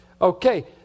Okay